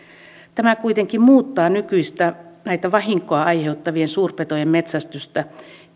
tämä kuitenkin muuttaa nykyistä vahinkoja aiheuttavien suurpetojen metsästystä